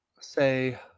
Say